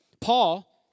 Paul